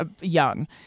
young